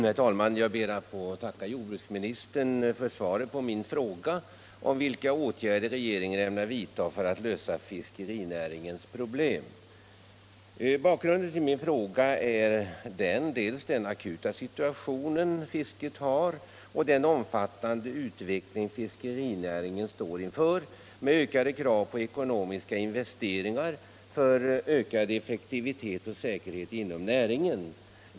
Herr talman! Jag ber att få tacka jordbruksministern för svaret på min fråga om vilka åtgärder regeringen ämnar vidta för att lösa fiskerinäringens problem. Bakgrunden till min fråga är dels den akuta situation fisket befinner sig i. dels den omfattande utveckling fiskerinäringen står inför med ökat krav på ekonomiska investeringar för ökad effektivitet och säkerhet inom näringen.